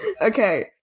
Okay